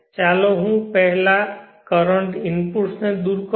ચાલો હું પહેલા કરંટ ઇનપુટ્સને દૂર કરું